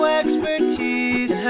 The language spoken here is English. expertise